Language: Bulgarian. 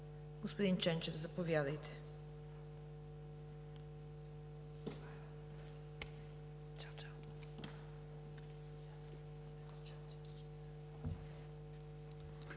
Господин Ченчев, заповядайте.